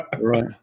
Right